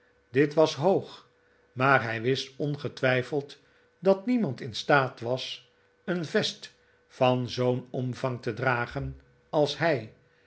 dit was hoog maar hij wist ongetwijfeld dat niemand in staat was een vest van zoo'n omvang te dragen als hij